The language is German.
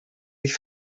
sich